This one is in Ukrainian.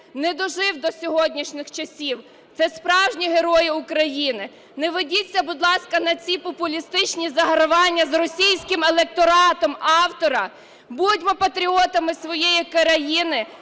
не дожив до сьогоднішніх часів. Це справжні герої України! Не ведіться, будь ласка, на ці популістичні загравання з російським електоратом автора. Будьмо патріотами своєї країни.